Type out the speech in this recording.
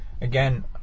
again